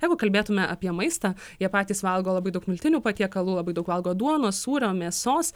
jeigu kalbėtume apie maistą jie patys valgo labai daug miltinių patiekalų labai daug valgo duonos sūrio mėsos